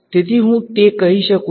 તેથી હું તે કહી શકું છું